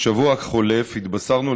בשבוע החולף התבשרנו,